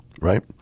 Right